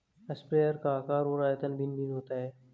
sprayer का आकार और आयतन भिन्न भिन्न होता है